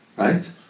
Right